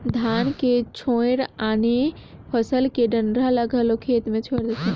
धान के छोयड़ आने फसल के डंठरा ल घलो खेत मे छोयड़ देथे